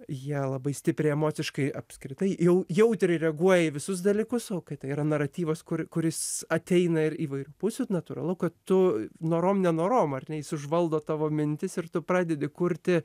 jie labai stipriai emociškai apskritai jau jautriai reaguoja į visus dalykus o kai tai yra naratyvas kur kuris ateina ir įvairių pusių natūralu kad tu norom nenorom ar ne jis užvaldo tavo mintis ir tu pradedi kurti